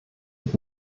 mit